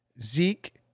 Zeke